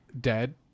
dead